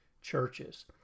churches